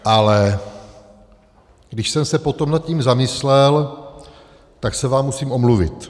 Ale když jsem se potom nad tím zamyslel, tak se vám musím omluvit.